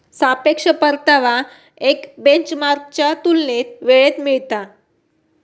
सापेक्ष परतावा एक बेंचमार्कच्या तुलनेत वेळेत मिळता